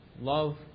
Love